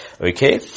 Okay